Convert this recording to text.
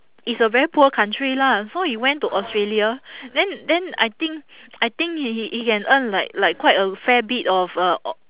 it's a very poor country lah so he went to australia then then I think I think he he he can earn like like quite a fair bit of uh